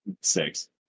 Six